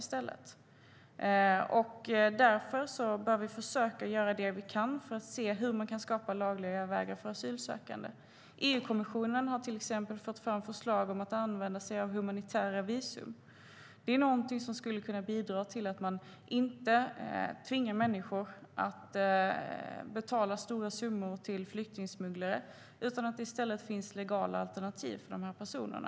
Därför bör vi försöka göra det vi kan för att se hur man kan skapa lagliga vägar för asylsökande. EU-kommissionen har till exempel fört fram förslag om att använda sig av humanitära visum. Det är någonting som skulle kunna bidra till att man inte tvingar människor att betala stora summor till flyktingsmugglare. I stället skulle det finnas legala alternativ för dessa personer.